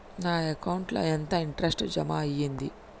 నా అకౌంట్ ల ఎంత ఇంట్రెస్ట్ జమ అయ్యింది?